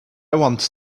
want